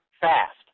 fast